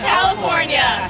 California